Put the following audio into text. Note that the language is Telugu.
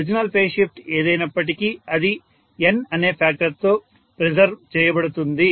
ఒరిజినల్ పేజ్ షిఫ్ట్ ఏదైనప్పటికీ అది N అనే ఫ్యాక్టర్ తో ప్రెసర్వ్ చేయబడుతుంది